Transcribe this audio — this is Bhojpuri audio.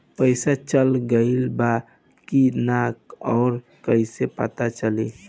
पइसा चल गेलऽ बा कि न और कइसे पता चलि?